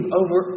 over